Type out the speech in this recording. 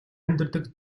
амьдардаг